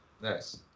Nice